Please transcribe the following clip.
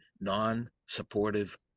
non-supportive